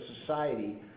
society